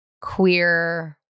queer